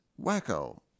wacko